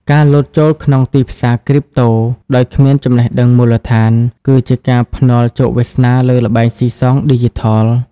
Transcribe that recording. ការលោតចូលក្នុងទីផ្សារគ្រីបតូ ដោយគ្មានចំណេះដឹងមូលដ្ឋាន គឺជាការភ្នាល់ជោគវាសនាលើល្បែងស៊ីសងឌីជីថល។